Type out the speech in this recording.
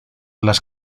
las